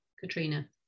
Katrina